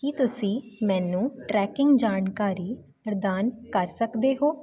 ਕੀ ਤੁਸੀਂ ਮੈਨੂੰ ਟਰੈਕਿੰਗ ਜਾਣਕਾਰੀ ਪ੍ਰਦਾਨ ਕਰ ਸਕਦੇ ਹੋ